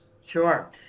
Sure